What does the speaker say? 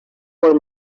for